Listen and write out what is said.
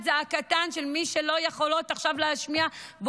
זעקתן של מי שלא יכולות עכשיו להשמיע אותה,